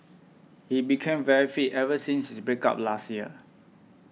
he became very fit ever since his break up last year